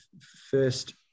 first